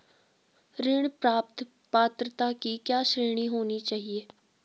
ऋण प्राप्त पात्रता की क्या श्रेणी होनी चाहिए?